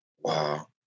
Wow